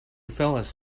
fellas